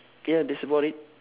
ya that's about it